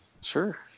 Sure